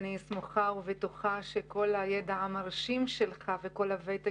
אני סמוכה ובטוחה שכל הידע המרשים שלך וכל הוותק